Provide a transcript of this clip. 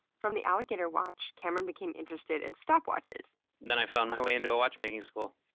from the alligator watch cameron became interested in stopwatches. and then i found my way into a watchmaking school.